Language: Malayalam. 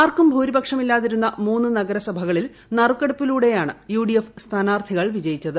ആർക്കും ഭൂരിപക്ഷമില്ലാത്തിരുന്ന മൂന്ന് നഗരസഭകളിൽ നറുക്കെടുപ്പിലൂടെയാണ് യുഡിഎിഫ് സ്ഥാനാർഥികൾ വിജയിച്ചത്